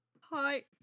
Hi